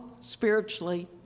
spiritually